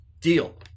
deal